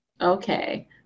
Okay